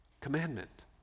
commandment